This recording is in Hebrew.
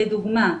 לדוגמה,